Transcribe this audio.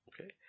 Okay